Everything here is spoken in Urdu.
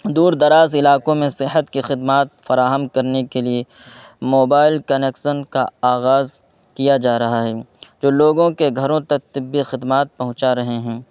دور دراز علاقوں میں صحت کی خدمات فراہم کرنے کے لیے موبائل کنیکسن کا آغاز کیا جا رہا ہے جو لوگوں کے گھروں تک طبی خدمات پہنچا رہے ہیں